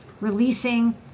releasing